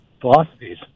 philosophies